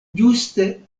ĝuste